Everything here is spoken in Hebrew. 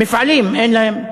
מפעלים אין להם,